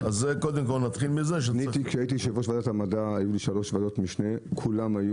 סגן שרת התחבורה והבטיחות בדרכים אורי